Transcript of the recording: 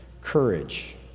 courage